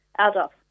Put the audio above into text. Adolf